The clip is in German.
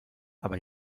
aber